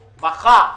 מחר.